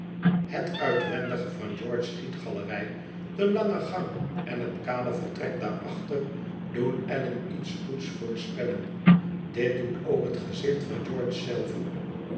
het uitwendige van george's schietgalerij de lange gang en het kale vertrek daarachter doen allan iets goeds voorspellen dit doet ook het gezicht van george zelven